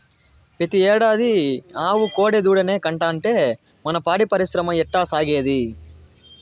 పెతీ ఏడాది ఆవు కోడెదూడనే కంటాంటే మన పాడి పరిశ్రమ ఎట్టాసాగేది